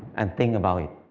and think about it,